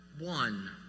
one